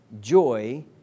joy